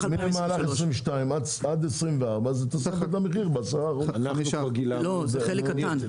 שמ-2022 עד 2024 יש תוספת במחיר של 10%. 5%. זה חלק קטן.